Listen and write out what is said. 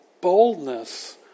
boldness